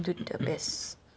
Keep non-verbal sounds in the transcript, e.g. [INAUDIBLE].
[NOISE]